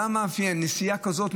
מה מאפיין נסיעה כזו?